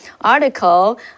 article